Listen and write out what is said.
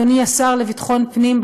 אדוני השר לביטחון הפנים,